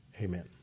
Amen